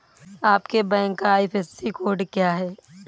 आपके बैंक का IFSC code क्या है?